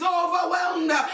overwhelmed